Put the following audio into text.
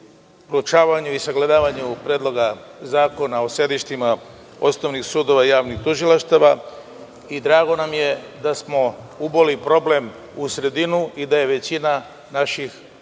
proučavanju i sagledavanju Predloga zakona o sedištima osnovnih sudova i javnih tužilaštava. Drago nam je da smo uboli problem u sredinu i da je većina naših